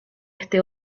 este